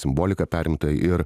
simbolika perimta ir